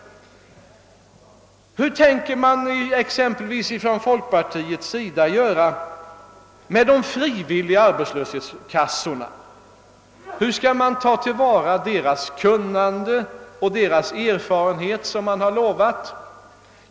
Hur tänker sig folkpartiet att man skall göra med de frivilliga arbetslöshetskassorna för att ta ett exempel? Hur skall man kunna tillvarata deras erfarenheter och kunnande som man har lovat?